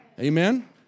Amen